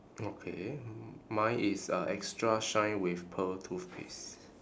okay mine is uh extra shine with pearl toothpaste